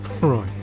Right